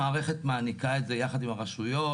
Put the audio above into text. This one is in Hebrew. המערכת מעניקה את זה ביחד עם השרויות,